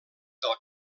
del